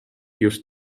just